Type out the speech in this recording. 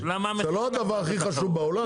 זה לא הדבר הכי חשוב בעולם.